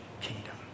kingdom